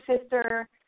sister